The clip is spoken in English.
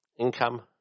income